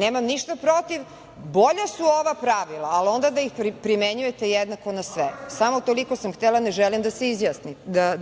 nemam ništa protiv, bolja su ova pravila, ali onda da ih primenjujete jednako na sve. Samo toliko sam htela i ne želim da